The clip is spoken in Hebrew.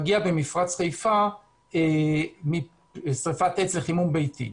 מגיע בנפרץ חיפה משריפת עת לחימום ביתי.